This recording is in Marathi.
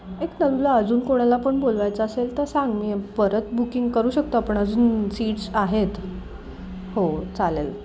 एक तनुला अजून कोणाला पण बोलवायचं असेल तर सांग मी परत बुकिंग करू शकतो आपण अजून सीट्स आहेत हो चालेल